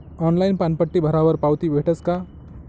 Online पानपट्टी भरावर पावती भेटस का?